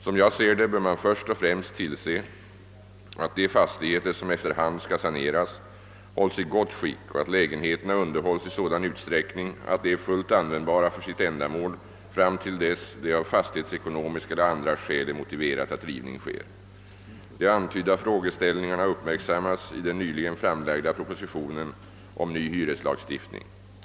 Som jag ser det bör man först och främst tillse att de fastigheter som efter hand skall saneras hålls i gott skick och att lägenheterna underhålls i sådan utsträckning att de är fullt användbara för sitt ändamål fram till dess det av fastighetsekonomiska eller andra skäl är motiverat att rivning sker. De antydda frågeställningarna uppmärksammas i den nyligen framlagda propositionen om ny hyreslagstiftning.